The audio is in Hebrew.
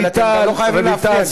אבל אתם גם לא חייבים להפריע לי.